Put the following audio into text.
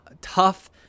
tough